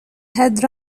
had